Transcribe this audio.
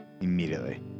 immediately